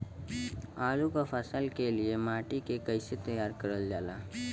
आलू क फसल के लिए माटी के कैसे तैयार करल जाला?